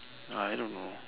I don't know